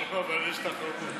יש לך הרבה.